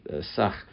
sach